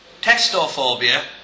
Testophobia